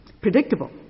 predictable